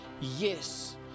yes